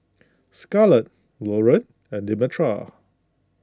Scarlett Loren and Demetra